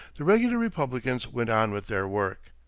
the regular republicans went on with their work.